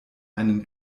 einen